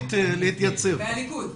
מהליכוד.